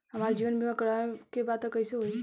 हमार जीवन बीमा करवावे के बा त कैसे होई?